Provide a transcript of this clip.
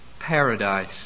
paradise